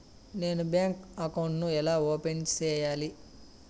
నేను bank account ను ఎలా ఓపెన్ సేయాలి?